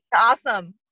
awesome